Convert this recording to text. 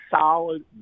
solid